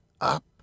Up